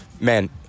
man